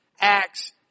Acts